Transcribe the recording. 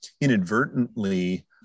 inadvertently